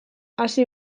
hasi